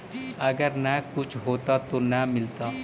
अगर न कुछ होता तो न मिलता?